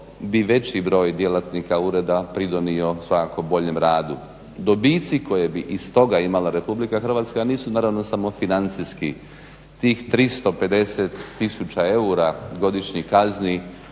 bi veći broj djelatnika Ureda pridonio svakako boljem radu. Dobici koje bi iz toga imala Republika Hrvatska nisu naravno samo financijskih tih 350 000 eura godišnjih kazni